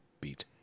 Beat